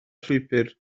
llwybr